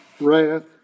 wrath